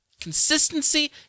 Consistency